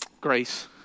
grace